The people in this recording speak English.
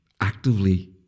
actively